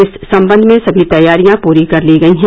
इस संबंध में समी तैयारियां पूरी कर ली गई है